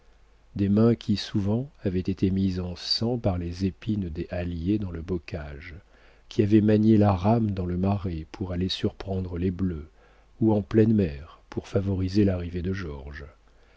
des mains qui souvent avaient été mises en sang par les épines des halliers dans le bocage qui avaient manié la rame dans le marais pour aller surprendre les bleus ou en pleine mer pour favoriser l'arrivée de georges